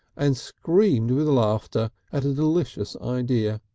and screamed with laughter at a delicious idea.